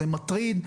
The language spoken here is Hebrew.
זה מטריד,